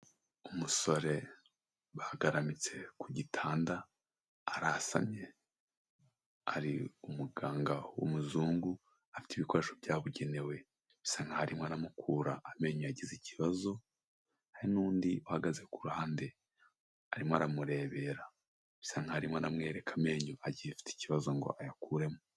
Umusore bagaramitse ku gitanda arasanye, hari umuganga w'umuzungu, afite ibikoresho byabugenewe, bisa nk'aho arimo aramukura amenyo yagize ikibazo, hari n'undi uhagaze ku ruhande arimo aramurebera, bisa nk'aho arimo aramwereka amenyo agifite ikibazo, ngo ayakuremo.